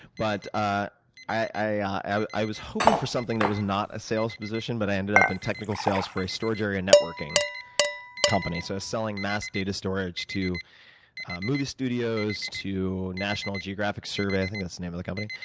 but i i was hoping for something that was not a sales position, but i ended up in technical sales for a storage area networking company, so starting mass data storage to movie studios, to national geographic survey, i think that's the name of the company